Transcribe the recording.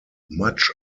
much